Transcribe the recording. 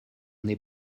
n’est